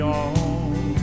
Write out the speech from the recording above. on